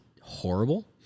horrible